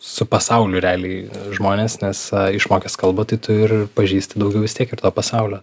su pasauliu realiai žmones nes išmokęs kalbą tai tu ir pažįsti daugiau vis tiek ir to pasaulio